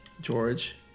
George